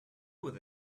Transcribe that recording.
with